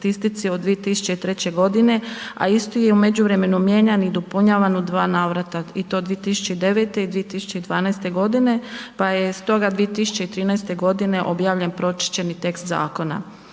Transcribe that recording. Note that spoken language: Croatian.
od 2003. godine, a isti je u međuvremenu mijenjan i dopunjavan u dva navrata i to 2009. i 2012. godine pa je stoga 2013. godine objavljen pročišćeni tekst zakona.